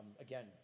again